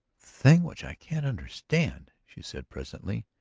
thing which i can't understand, she said presently,